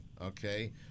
okay